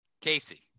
Casey